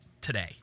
today